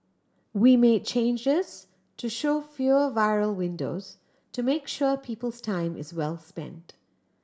we made changes to show fewer viral videos to make sure people's time is well spent